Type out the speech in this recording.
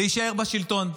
להישאר בשלטון.